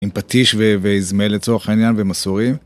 עם פטיש ויזמן לצורך העניין ומסורים.